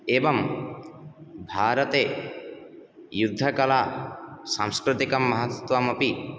एवं भारते युद्धकला सांस्कृतिकं महत्वामपि